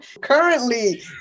currently